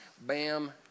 bam